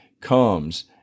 comes